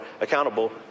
accountable